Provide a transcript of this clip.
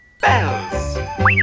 Bells